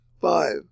Five